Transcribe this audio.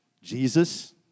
Jesus